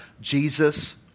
Jesus